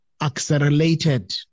accelerated